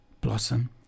Blossom